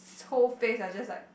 his whole face was just like